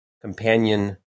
companion